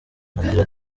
agira